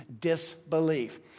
disbelief